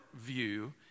view